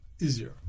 easier